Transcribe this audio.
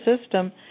system